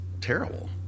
terrible